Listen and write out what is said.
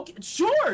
sure